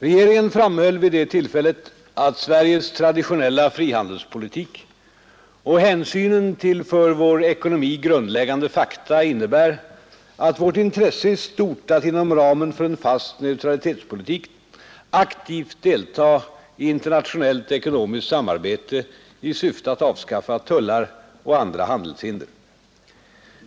Regeringen framhöll vid det tillfället att Sveriges traditionella frihandelspolitik och hänsynen till för vår ekonomi grundläggande fakta innebär att vårt intresse är stort att inom ramen för en fast neutralitetspolitik aktivt delta i internationellt ekonomiskt samarbete i syfte att avskaffa tullar och andra handelshinder.